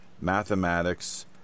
mathematics